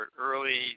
early